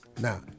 now